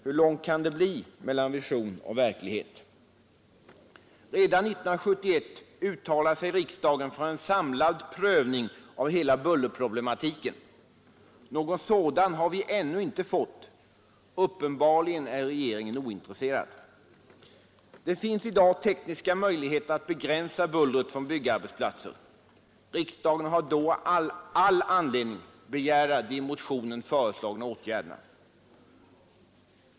Hur långt kan det bli mellan vision och verklighet? Redan 1971 uttalade sig riksdagen för en samlad prövning av hela bullerproblematiken. Någon sådan har vi ännu inte fått. Uppenbarligen är regeringen ointresserad. Det finns i dag tekniska möjligheter att begränsa bullret från byggarbetsplatser. Riksdagen har då all anledning att begära de i motionen föreslagna åtgärderna.